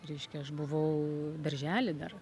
reiškia aš buvau daržely dar